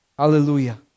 Hallelujah